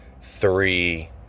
three